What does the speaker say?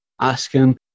asking